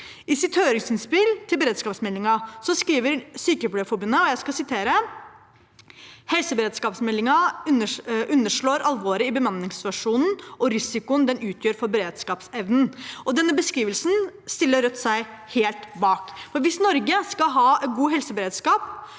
I sitt høringsinnspill til beredskapsmeldingen skriver Sykepleierforbundet: «Helseberedskapsmeldingen underslår alvoret i bemanningssituasjonen og risikoen den utgjør for beredskapsevnen.» Denne beskrivelsen stiller Rødt seg helt bak. Hvis Norge skal ha god helseberedskap,